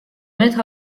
maître